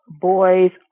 boys